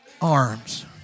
arms